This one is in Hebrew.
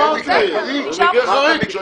זה מקרה חריג.